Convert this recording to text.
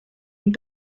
und